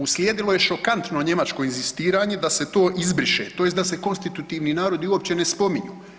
Uslijedilo je šokantno njemačko inzistiranje da se to izbriše tj. da se konstitutivni narodi uopće ne spominju.